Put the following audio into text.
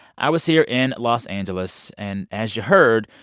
i was here in los angeles. and as you heard,